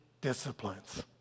disciplines